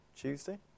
Tuesday